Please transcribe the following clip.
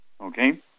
Okay